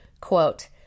quote